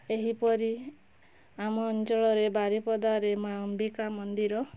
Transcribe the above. ଏହି ପରି ଆମ ଅଞ୍ଚଳରେ ବାରିପଦାରେ ମା ଅମ୍ବିକା ମନ୍ଦିର